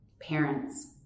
parents